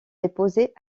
déposées